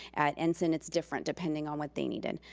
at ensign, it's different, depending on what they needed.